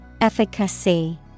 Efficacy